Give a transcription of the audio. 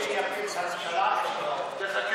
אם הקול שלי יפיל את הממשלה, יש לך אותו.